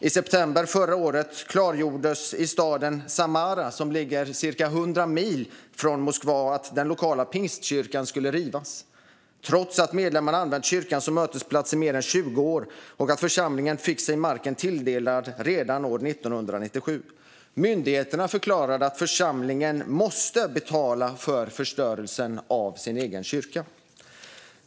I september förra året klargjordes i staden Samara, ca 100 mil från Moskva, att den lokala pingstkyrkan skulle rivas, trots att medlemmarna använt kyrkan som mötesplats i mer än 20 år och att församlingen fick sig marken tilldelad redan år 1997. Myndigheterna förklarade att församlingen måste betala för förstörelsen av sin egen kyrka.